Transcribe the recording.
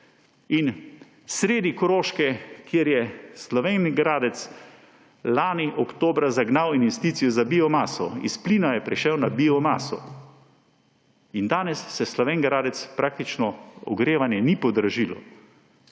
In sredi Koroške, kjer je Slovenj Gradec lani oktobra zagnal investicijo za biomaso; s plina je prešel na biomaso in danes se v Slovenj Gradcu praktično ogrevanje ni podražilo.